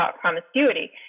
promiscuity